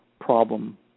problem